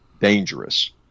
dangerous